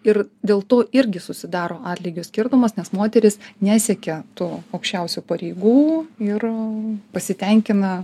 ir dėl to irgi susidaro atlygio skirtumas nes moterys nesiekia tų aukščiausių pareigų ir pasitenkina